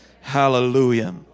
Hallelujah